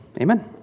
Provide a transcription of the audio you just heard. Amen